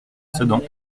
sedan